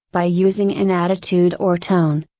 by using an attitude or tone,